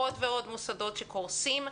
בעוד ועוד מוסדות שקורסים.